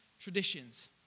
traditions